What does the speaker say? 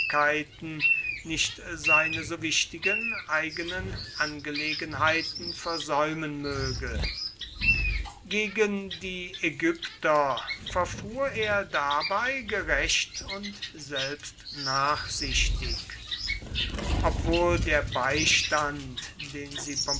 nicht seine so wichtigen eigenen angelegenheiten versäumen möge gegen die ägypter verfuhr er dabei gerecht und selbst nachsichtig obwohl der beistand den sie